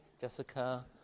Jessica